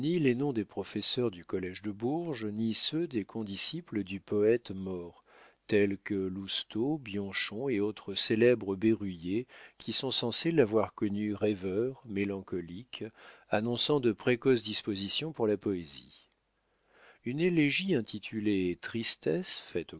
les noms des professeurs du collége de bourges ni ceux des condisciples du poète mort tels que lousteau bianchon et autres célèbres berruyers qui sont censés l'avoir connu rêveur mélancolique annonçant de précoces dispositions pour la poésie une élégie intitulée tristesse